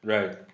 Right